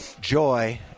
joy